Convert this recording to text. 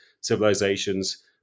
civilizations